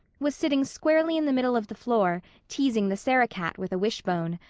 was sitting squarely in the middle of the floor, teasing the sarah-cat with a wishbone.